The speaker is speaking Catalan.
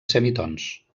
semitons